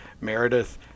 Meredith